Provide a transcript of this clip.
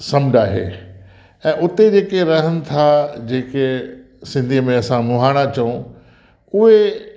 समुंडु आहे ऐं हुते जेके रहनि था जेके सिंधी में असां मुहाणा चऊं उहे